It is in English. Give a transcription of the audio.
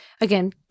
again